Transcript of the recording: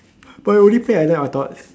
but you already play I thought